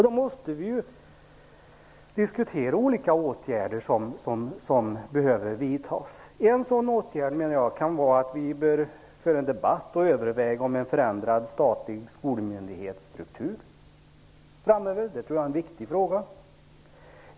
Då måste vi diskutera olika åtgärder som behöver vidtas. En sådan åtgärd, menar jag, kan vara att vi bör föra en debatt och överväga en förändrad struktur för den statliga skolmyndigheten framöver. Det tror jag är en viktig fråga.